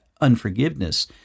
unforgiveness